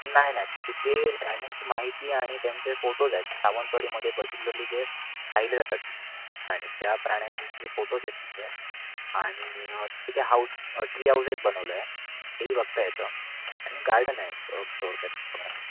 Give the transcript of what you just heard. नाही नाही तिथे प्राण्यांची माहिती आणि त्यांचे फोटोज आहेत सावंतवाडीमध्ये पर्टिक्युलरली जे पाहिले जातात प्राणी त्या प्राण्यांचे फोटोज आहेत तिथे आणि तिथे हाऊस ट्री हाऊजीस बनवलं आहे तेही बघता येतं आणि गार्डन आहे थोडक्यात बघण्यासाठी